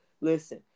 listen